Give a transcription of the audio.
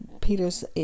Peter's